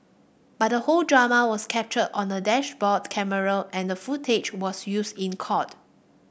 but the whole drama was captured on a dashboard camera and the footage was used in court